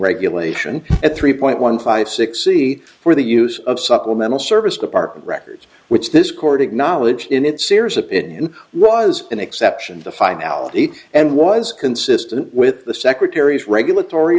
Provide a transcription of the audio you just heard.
regulation at three point one five six c for the use of supplemental service department records which this court acknowledged in its serious opinion was an exception to the finality and was consistent with the secretary's regulatory